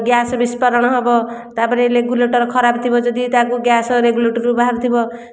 gas ବିସ୍ଫାରଣ ହେବ ତା'ପରେ ରେଗୁଲେଟର ଖରାପ ଥିବ ଯଦି ତାକୁ ଗ୍ୟାସ ରେଗୁଲେଟର ବାହାରିଥିବ